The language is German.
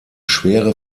schwere